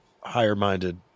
higher-minded